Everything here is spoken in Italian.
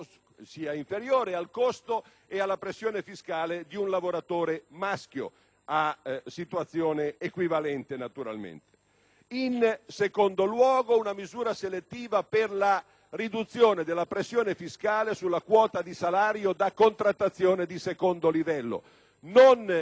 sia inferiore al costo e alla pressione fiscale di un lavoratore maschio in una situazione equivalente. Il secondo obiettivo è rappresentato da una misura selettiva per la riduzione della pressione fiscale sulla quota di salario da contrattazione di secondo livello,